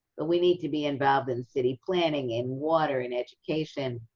but we need to be involved in city planning, in water, in education,